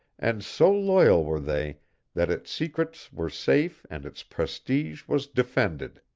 and so loyal were they that its secrets were safe and its prestige was defended,